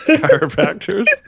chiropractors